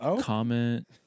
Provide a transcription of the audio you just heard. Comment